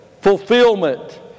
fulfillment